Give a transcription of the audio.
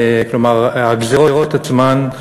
כלומר הגזירות עצמן,